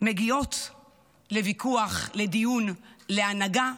מגיעות לוויכוח, לדיון, להנהגה,